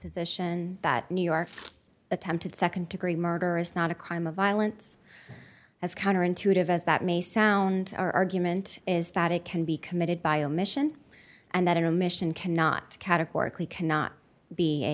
position that new york attempted nd degree murder is not a crime of violence as counterintuitive as that may sound our argument is that it can be committed by omission and that a mission cannot categorically cannot be